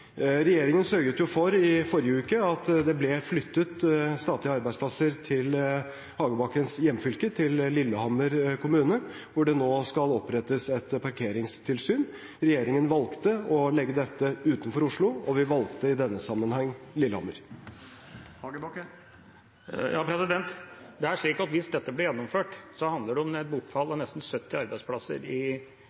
Regjeringen sørget jo for i forrige uke at det ble flyttet statlige arbeidsplasser til Hagebakkens hjemfylke, til Lillehammer kommune, hvor det nå skal opprettes et parkeringstilsyn. Regjeringen valgte å legge dette utenfor Oslo, og vi valgte i denne sammenheng Lillehammer. Hvis dette blir gjennomført, handler det om et bortfall av nesten 70 arbeidsplasser i